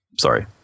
Sorry